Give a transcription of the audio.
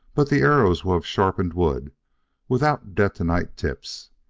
but the arrows were of sharpened wood without detonite tips.